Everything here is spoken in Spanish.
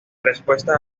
respuesta